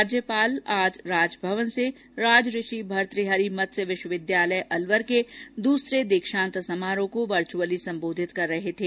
राज्यपाल आज राजभवन से राजऋषि भर्तृहरि मत्स्य विश्वविद्यालय अलवर के दुसरे दीक्षांत समारोह को वर्चअली संबोधित कर रहे थे